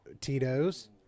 Tito's